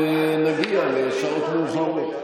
נגיע לשעות מאוחרות.